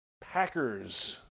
Packers